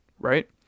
right